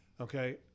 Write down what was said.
Okay